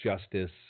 justice